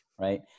right